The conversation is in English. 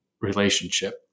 relationship